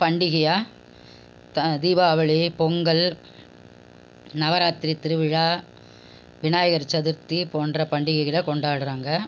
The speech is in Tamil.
பண்டிகையாக த தீபாவளி பொங்கல் நவராத்திரி திருவிழா விநாயகர் சதுர்த்தி போன்ற பண்டிகைகளை கொண்டாடுறாங்க